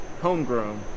Homegrown